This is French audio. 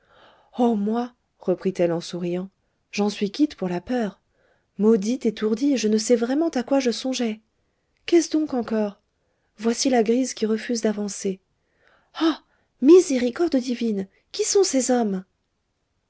oh moi reprit-elle en souriant j'en suis quitte pour la peur maudite étourdie je ne sais vraiment à quoi je songeais qu'est-ce donc encore voici la grise qui refuse d'avancer ah miséricorde divine qui sont ces hommes